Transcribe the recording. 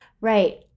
Right